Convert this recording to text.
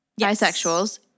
bisexuals